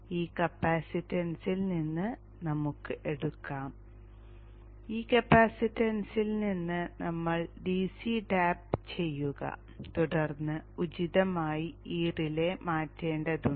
ഈ കപ്പാസിറ്റൻസിൽ നിന്ന് നമുക്ക് എടുക്കാം ഈ കപ്പാസിറ്റൻസിൽ നിന്ന് നമ്മൾ DC ടാപ്പ് ചെയ്യുക തുടർന്ന് ഉചിതമായി ഈ റിലേ മാറ്റേണ്ടതുണ്ട്